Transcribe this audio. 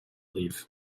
leave